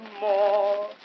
more